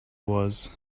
was